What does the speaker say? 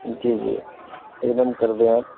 جی جی ایک دم کر دیں آپ